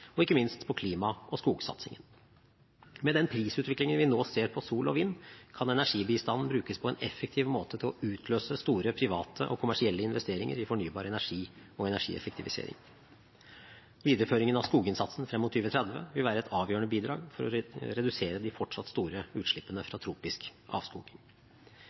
og ikke minst klima- og skogsatsingen. Med den prisutviklingen vi nå ser på sol og vind, kan energibistanden brukes på en effektiv måte til å utløse store private og kommersielle investeringer i fornybar energi og energieffektivisering. Videreføringen av skoginnsatsen frem mot 2030 vil være et avgjørende bidrag for å redusere de fortsatt store utslippene fra tropisk avskoging.